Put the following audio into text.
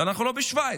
אנחנו לא בשווייץ,